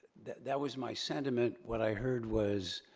that that was my sentiment, what i heard was,